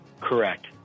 Correct